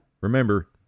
Remember